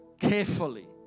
carefully